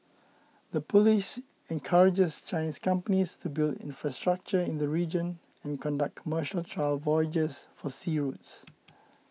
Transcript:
the policy encourages Chinese companies to build infrastructure in the region and conduct commercial trial voyages for sea routes